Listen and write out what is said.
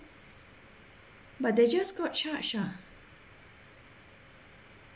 but they just got charged ah